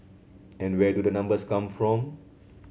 and where do the numbers come from